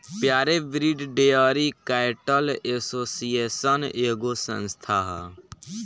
pure breed dairy cattle association एगो संस्था ह